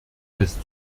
als